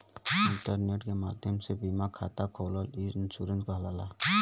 internet के माध्यम से बीमा खाता खोलना ई इन्शुरन्स कहलाला